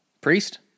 priest